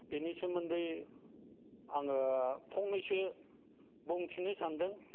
बेनि सोमोन्दै आङो फंनैसो बुंथिनो सानदों